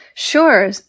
Sure